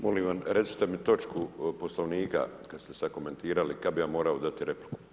Molim vas, recite mi točku Poslovnika kad ste sad komentirali, kad bi ja morao dati repliku?